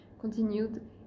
continued